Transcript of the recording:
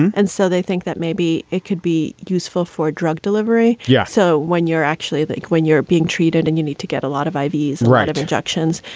and so they think that maybe it could be useful for drug delivery. yeah. so when you're actually like when you're being treated and you need to get a lot of iv's right. of injections,